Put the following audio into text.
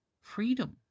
freedom